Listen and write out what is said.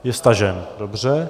Je stažen, dobře.